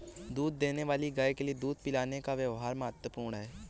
दूध देने वाली गाय के लिए दूध पिलाने का व्यव्हार महत्वपूर्ण है